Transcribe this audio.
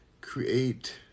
create